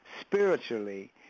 spiritually